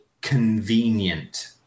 convenient